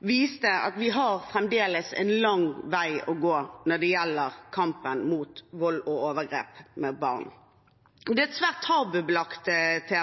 viste at vi fremdeles har en lang vei å gå når det gjelder kampen mot vold og overgrep mot barn. Det er et svært